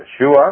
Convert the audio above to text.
Yeshua